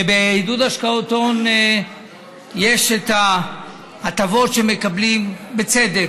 ובעידוד השקעות הון יש את ההטבות שמקבלים, בצדק.